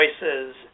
choices